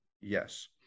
yes